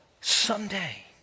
Someday